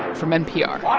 from npr